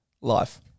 life